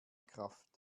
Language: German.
kraft